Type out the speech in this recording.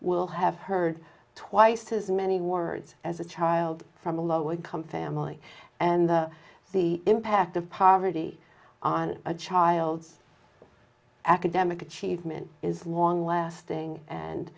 will have heard twice as many words as a child from a low income family and the impact of poverty on a child's academic achievement is long lasting and